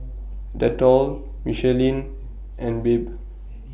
Dettol Michelin and Bebe